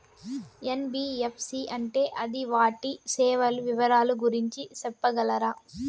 NBFC అంటే అది వాటి సేవలు వివరాలు గురించి సెప్పగలరా?